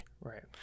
right